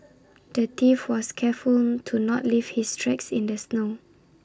the thief was careful to not leave his tracks in the snow